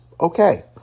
okay